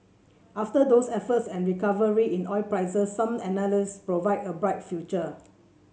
after those efforts and a recovery in oil prices some analysts provide a bright future